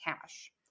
cash